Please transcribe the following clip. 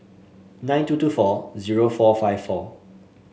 nine two two four zero four five four